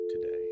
today